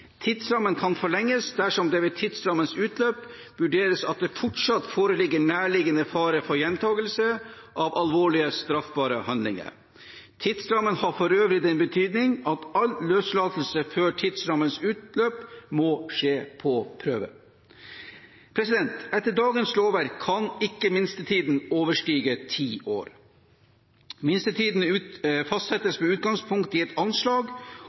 Tidsrammen kan forlenges dersom det ved tidsrammens utløp vurderes at det fortsatt foreligger nærliggende fare for gjentagelse av alvorlige straffbare handlinger. Tidsrammen har for øvrig den betydning at all løslatelse før tidsrammens utløp må skje på prøve. Etter dagens lovverk kan ikke minstetiden overstige ti år. Minstetiden fastsettes med utgangspunkt i et anslag